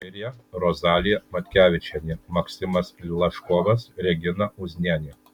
mirė rozalija matkevičienė maksimas laškovas regina uznienė